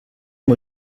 muy